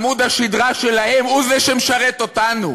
עמוד השדרה שלהם הוא זה שמשרת אותנו,